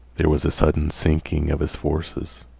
there was a sudden sinking of his forces.